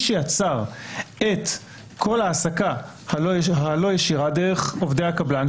שיצר את כל ההעסקה שלא-ישירה דרך עובדי הקבלן,